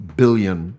billion